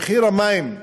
מחיר המים,